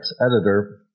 editor